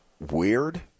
weird